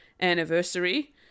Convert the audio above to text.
anniversary